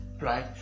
right